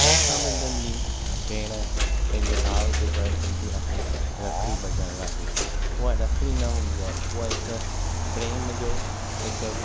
रक्षाबं॒धन ॾींहुं भेण पंहिंजे भाउ जे घर ईंदी आहे रखिड़ी ब॒धणु लाइ उहा रखिड़ी न हूंदी आहे उहा हिकु प्रेम जो हिकु